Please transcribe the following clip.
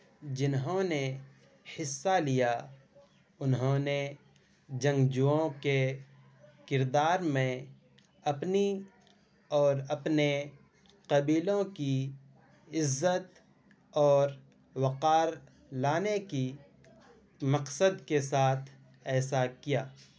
جنہوں نے حصہ لیا انہوں نے جنگجوؤں کے کردار میں اپنی اور اپنے قبیلوں کی عزت اور وقار لانے کی مقصد کے ساتھ ایسا کیا